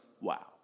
Wow